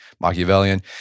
Machiavellian